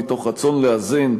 מתוך רצון לאזן,